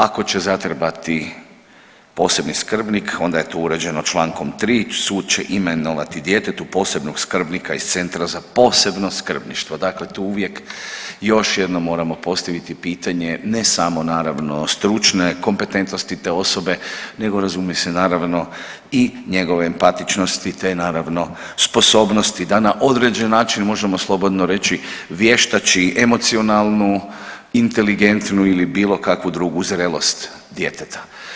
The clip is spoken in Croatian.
Ako će zatrebati posebni skrbnik onda je to uređeno člankom 3. sud će imenovati djetetu posebnog skrbnika iz Centra za posebno skrbništvo, dakle tu uvijek još jednom moramo postaviti pitanje ne samo naravno stručne kompetentnosti te osobe, nego razumije se naravno i njegove empatičnosti, te naravno sposobnosti da na određen način možemo slobodno reći vještači emocionalnu inteligentnu ili bilo kakvu drugu zrelost djeteta.